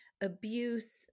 abuse